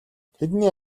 тэдний